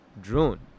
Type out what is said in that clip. drone